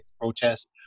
protests